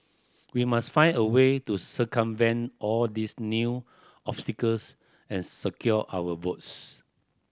we must find a way to circumvent all these new obstacles and secure our votes